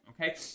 Okay